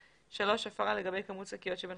(3) הפרה לגבי כמות שקיות שבין